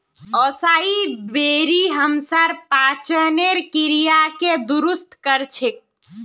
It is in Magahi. असाई बेरी हमसार पाचनेर क्रियाके दुरुस्त कर छेक